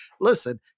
Listen